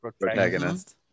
Protagonist